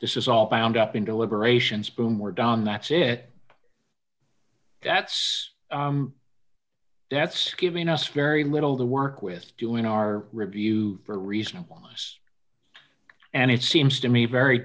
this is all bound up in deliberations boom we're down that's it that's that's giving us very little to work with doing our review for reasonable us and it seems to me very